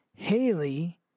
Haley